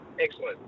Excellent